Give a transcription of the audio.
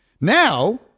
Now